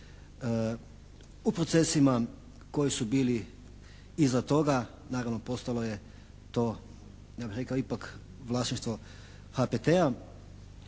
U procesima koji su bili iza toga naravno postalo je to ja bih rekao ipak vlasništvo HPT-a